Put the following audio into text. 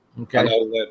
Okay